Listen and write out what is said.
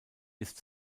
ist